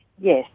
Yes